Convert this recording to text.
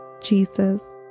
Jesus